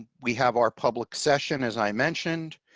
we have our public session, as i mentioned,